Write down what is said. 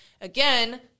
Again